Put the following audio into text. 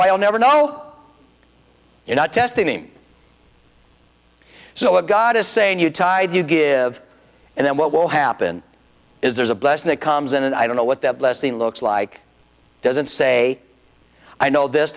i'll never know you're not testing so a god is saying you tide you give and then what will happen is there's a blessing that comes in and i don't know what the blessing looks like doesn't say i know this